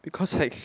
because like